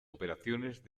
operaciones